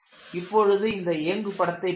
இப்பொழுது இந்த இயங்கு படத்தைப் பாருங்கள்